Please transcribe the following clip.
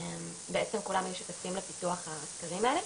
בעצם כולם היו שותפים לפיתוח הסקרים האלה.